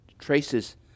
traces